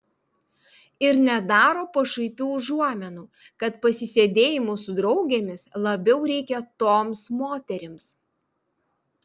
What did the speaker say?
ir nedaro pašaipių užuominų kad pasisėdėjimų su draugėmis labiau reikia toms moterims